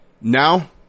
now